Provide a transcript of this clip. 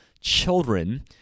children